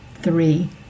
Three